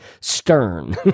stern